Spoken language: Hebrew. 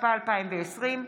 התשפ"א 2020,